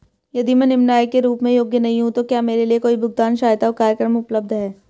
यदि मैं निम्न आय के रूप में योग्य नहीं हूँ तो क्या मेरे लिए कोई भुगतान सहायता कार्यक्रम उपलब्ध है?